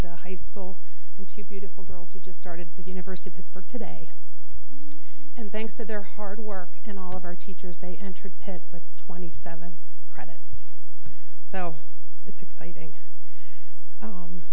the high school and two beautiful girls who just started the university of pittsburgh today and thanks to their hard work and all of our teachers they entered pit with twenty seven credits so it's exciting